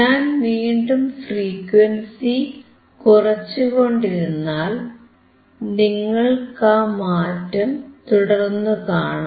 ഞാൻ വീണ്ടും ഫ്രീക്വൻസി കുറച്ചുകൊണ്ടിരുന്നാൽ നിങ്ങൾക്കാ ആ മാറ്റം തുടർന്നു കാണാം